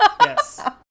yes